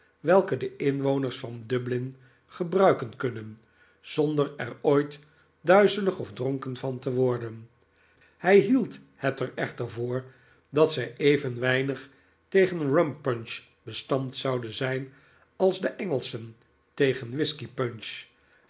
welke de inwoners van dublin gebruiken kunnen zonder er ooit duizelig of dronken van te worden hij hield het er echter voor dat zij even weinig tegen rum punch bestand zouden zijn als de engelschen tegen